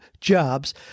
jobs